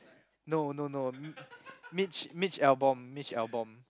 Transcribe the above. no no no Mitch Mitch-Albom Mitch-Albom